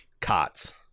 cots